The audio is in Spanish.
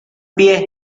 pie